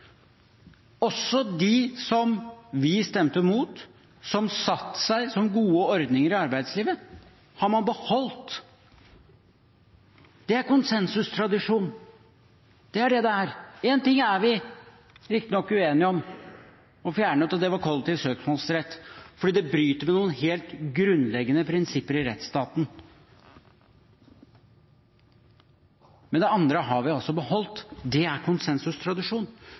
Også dem som vi stemte imot, som satte seg som gode ordninger i arbeidslivet, har man beholdt. Det er konsensustradisjon; det er det det er. Én ting er vi riktignok uenige om, og har fjernet, og det er kollektiv søksmålsrett, fordi det bryter med noen helt grunnleggende prinsipper i rettsstaten. Men det andre har vi altså beholdt. Det er